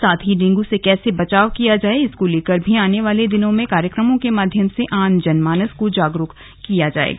साथ ही डेंगू से कैसे बचाव किया जाए इसको लेकर भी आने वाले दिनों में कार्यक्रमों के माध्यम से आम जन मानस को जागरूक किया जाएगा